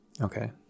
Okay